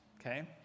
okay